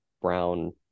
Brown